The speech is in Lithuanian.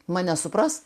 man nesupras